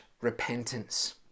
repentance